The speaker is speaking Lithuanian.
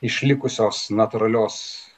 išlikusios natūralios